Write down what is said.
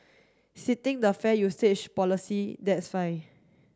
sitting the fair usage policy that's fine